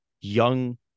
young –